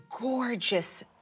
gorgeous